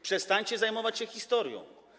Przestańcie zajmować się historią.